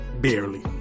barely